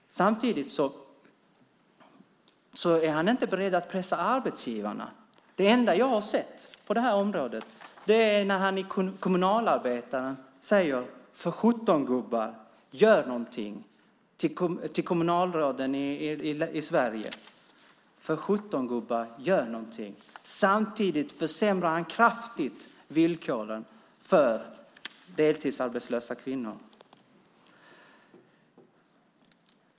Samtidigt är han inte beredd att pressa arbetsgivarna. Det enda jag har sett på det här området är när han i Kommunalarbetaren säger till kommunalråden i Sverige: "För sjutton gubbar, gör någonting!" Samtidigt försämrar han kraftigt villkoren för deltidsarbetslösa kvinnor.